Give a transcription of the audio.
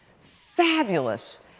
fabulous